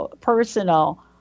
personal